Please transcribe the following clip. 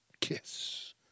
kiss